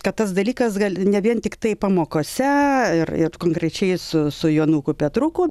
kad tas dalykas gal ne vien tiktai pamokose ir ir konkrečiai su su jonuku petruku